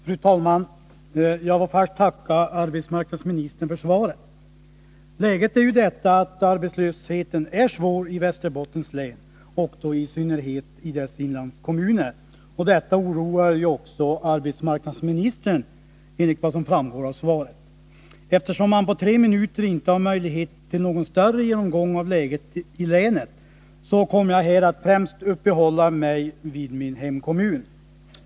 Fru talman! Jag får först tacka arbetsmarknadsministern för svaret. Läget är att arbetslösheten är svår i Västerbottens län och i synnerhet i dess inlandskommuner. Detta oroar också arbetsmarknadsministern, enligt vad som framgår av svaret. Eftersom jag på tre minuter inte har möjlighet till någon större genomgång av läget i länet kommer jag här att uppehålla mig främst vid min hemkommun.